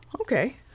okay